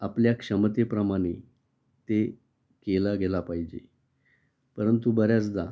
आपल्या क्षमतेप्रमाणे ते केला गेला पाहिजे परंतु बऱ्याचदा